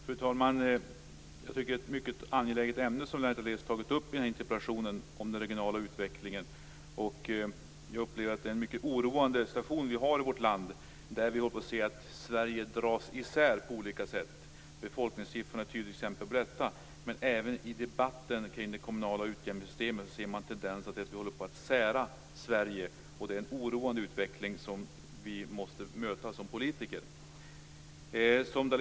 Fru talman! Lennart Daléus har tagit upp ett angeläget ämne i interpellationen om den regionala utvecklingen. Situationen i vårt land är oroande. Sverige dras isär på olika sätt. Befolkningssiffrorna är tydliga exempel på detta. Även i debatten om det kommunala utjämningssystemet syns tendenser till att Sverige håller på att säras. Det är en oroande utveckling som vi politiker måste möta.